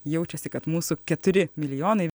jaučiasi kad mūsų keturi milijonai